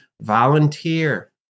Volunteer